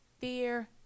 fear